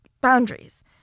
boundaries